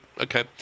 Okay